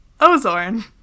Ozorn